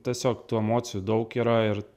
tiesiog tų emocijų daug yra ir